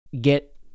get